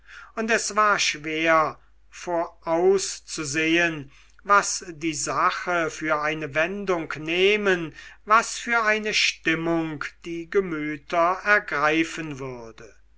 und es war schwer vorauszusehen was die sache für eine wendung nehmen was für eine stimmung die gemüter ergreifen würde